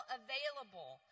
available